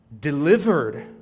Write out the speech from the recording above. delivered